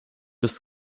des